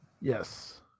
Yes